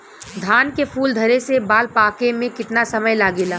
धान के फूल धरे से बाल पाके में कितना समय लागेला?